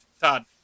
Todd